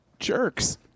Jerks